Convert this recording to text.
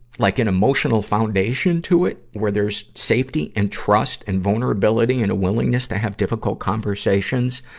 like an emotional foundation to it, where there's safety and trust and vulnerability and a willingness to have difficult conversations,